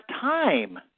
time